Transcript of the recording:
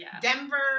Denver